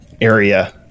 area